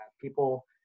People